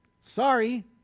Sorry